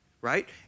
right